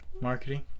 Marketing